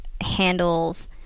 handles